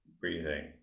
breathing